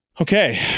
Okay